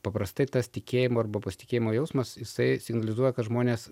paprastai tas tikėjimo arba pasitikėjimo jausmas jisai signalizuoja kad žmonės